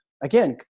again